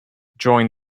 join